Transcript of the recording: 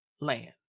Land